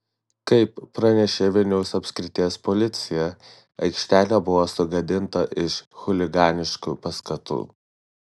kaip pranešė vilniaus apskrities policija aikštelė buvo sugadinta iš chuliganiškų paskatų